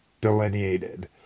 delineated